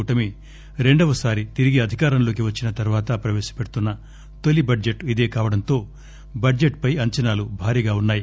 కూటమి రెండవసారి తిరిగి అధికారంలోకి వచ్చిన తర్వాత ప్రవేశపెడుతున్న తొలి బడ్లెట్ ఇదే కావడంతో బడ్లెట్పై అంచనాలు భారీగా వున్సాయి